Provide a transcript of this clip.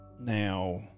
Now